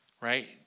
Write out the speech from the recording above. right